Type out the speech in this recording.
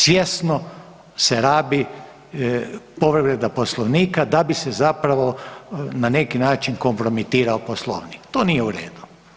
Svjesno se rabi povreda Poslovnika da bi se zapravo na neki način kompromitirao Poslovnik, to nije u redu.